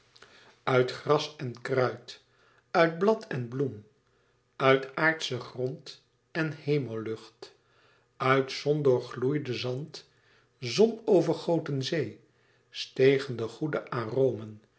uit gras en kruid uit blad en bloem uit aardschen grond en hemellucht uit zon doorgloeide zand zon overgoten zee stegen de goede aromen